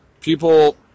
People